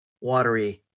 watery